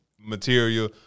material